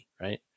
right